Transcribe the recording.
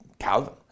Calvin